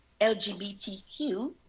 LGBTQ